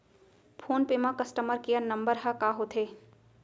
Phone पे म customer care number ह का होथे?